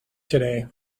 today